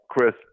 Chris